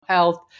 health